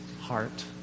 heart